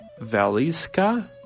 Valiska